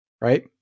right